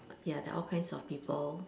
ya there all kinds of people